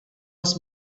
his